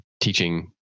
teaching